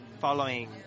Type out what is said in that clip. following